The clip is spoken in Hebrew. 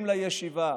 חבר הכנסת אזולאי,